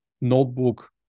notebook